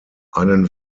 einen